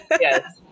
Yes